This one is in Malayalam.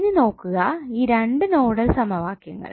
ഇനി നോക്കുക ഈ 2 നോഡൽ സമവാക്യങ്ങൾ